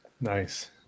Nice